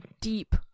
deep